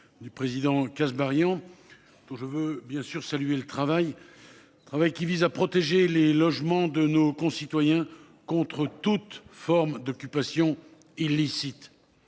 du président Kasbarian donc je veux bien sûr saluer le travail. Travail qui vise à protéger les logements de nos concitoyens contre toute forme d'occupation illicite.